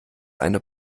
eine